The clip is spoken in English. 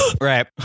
Right